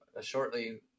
shortly